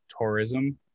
tourism